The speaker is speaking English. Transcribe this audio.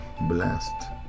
blessed